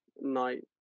night